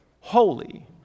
holy